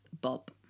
Bob